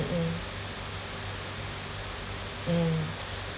mm mm